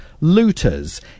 looters